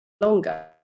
longer